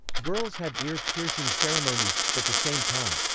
girls have ear-piercing ceremonies at the same time.